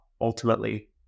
ultimately